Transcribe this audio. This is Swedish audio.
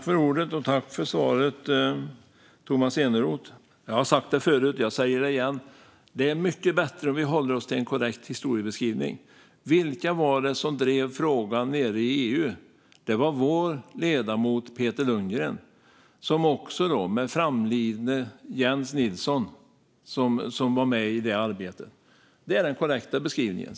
Fru talman! Tack för svaret, Tomas Eneroth! Jag har sagt det förut, och jag säger det igen: Det är mycket bättre om vi håller oss till en korrekt historieskrivning. Vilka var det som drev frågan nere i EU? Det var vår ledamot Peter Lundgren tillsammans med framlidne Jens Nilsson som var med i det arbetet. Det är den korrekta beskrivningen.